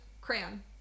crayon